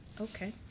Okay